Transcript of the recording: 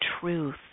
truth